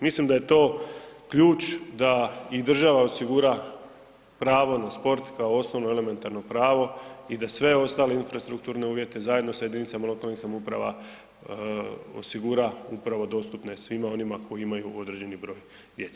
Mislim da je to ključ da i država osigura pravo na sport kao osnovno elementarno pravo i da sve ostale infrastrukturne uvjete zajedno s jedinicama lokalnih samouprava osigura upravo dostupne svima onima koji imaju određeni broj djece.